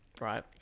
right